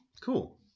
Cool